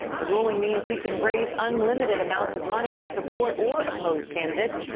the ruling means he can raise unlimited amounts of money to support or oppose candidates.